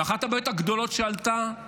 ואחת הבעיות הגדולות שעלתה היא